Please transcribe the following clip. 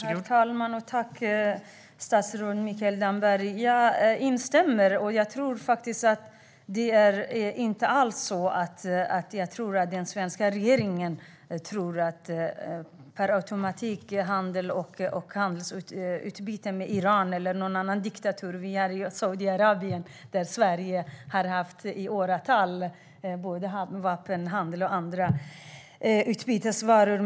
Herr talman! Tack, statsrådet Mikael Damberg! Jag instämmer. Och jag tror inte alls att den svenska regeringen per automatik tror på handel och handelsutbyte med Iran eller någon annan diktatur. Sverige har ju i åratal haft vapenhandel och annat handelsutbyte med Saudiarabien.